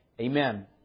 Amen